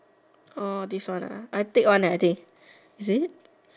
different I take one eh I think is it